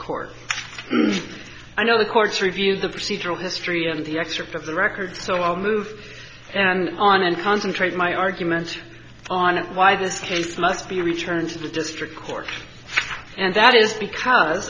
court i know the court's review the procedural history of the excerpt of the record so i'll move and on and concentrate my argument on why this case must be returned to the district court and that is because